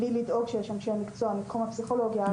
בלי לדאוג שיש אנשי מקצוע מתחום הפסיכולוגיה,